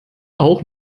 auch